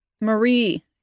Marie